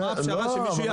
שמישהו יעצור.